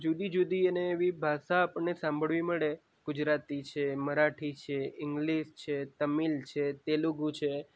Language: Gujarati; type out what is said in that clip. જુદી જુદી અને એવી ભાષા આપણને સાંભળવી મળે ગુજરાતી છે મરાઠી છે ઇંગ્લિશ છે તમિલ છે તેલુગુ છે